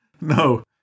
No